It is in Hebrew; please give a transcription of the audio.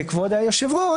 כבוד היושב-ראש,